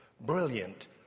brilliant